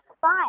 five